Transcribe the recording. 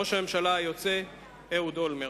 ראש הממשלה היוצא אהוד אולמרט.